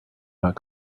not